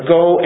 go